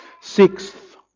Sixth